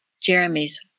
Jeremy's